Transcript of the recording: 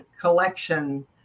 collection